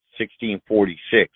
1646